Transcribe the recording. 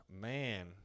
man